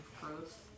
growth